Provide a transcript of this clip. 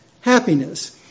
happiness